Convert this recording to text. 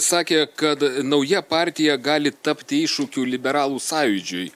sakė kad nauja partija gali tapti iššūkiu liberalų sąjūdžiui